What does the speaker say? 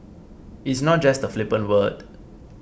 it's not just a flippant word